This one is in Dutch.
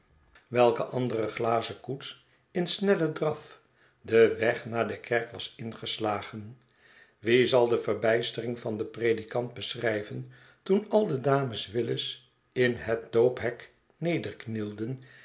welke andere glazen koets in snellen draf den wegnaarde kerk was ingeslagen wie zal de verbijstering van den predikant beschrijven toen al de dames willis in het doophek